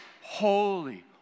holy